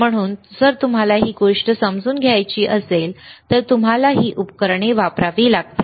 म्हणून जर तुम्हाला ही गोष्ट समजून घ्यायची असेल तर तुम्हाला ही उपकरणे वापरावी लागतील